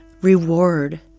reward